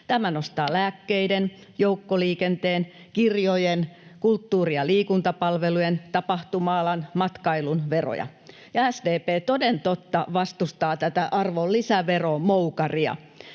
Tämä nostaa lääkkeiden, joukkoliikenteen, kirjojen, kulttuuri- ja liikuntapalvelujen, tapahtuma-alan, matkailun veroja, ja SDP toden totta vastustaa tätä arvonlisäveromoukaria.